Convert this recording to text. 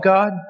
God